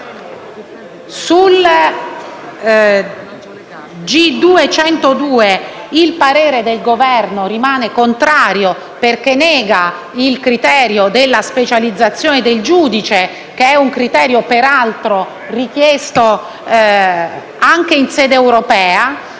G2.102 il parere rimane contrario, perché nega il criterio della specializzazione del giudice, che è un criterio peraltro richiesto anche in sede europea.